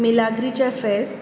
मिलाग्रीचें फेस्त